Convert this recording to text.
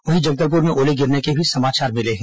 वहीं जगदलपुर में ओले गिरने के भी समाचार हैं